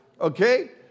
okay